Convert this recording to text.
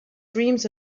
dreams